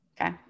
Okay